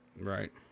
Right